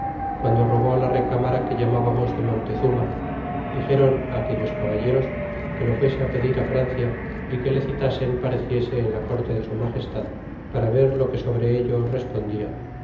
guando robó la recamara que llamábamos de montezuma dixeron aquellos caballeros que lo fuese pedir francia y que le citasen pareciese en la corte de su magestad para ver lo que sobre ello respondia